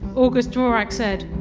august dvorak said!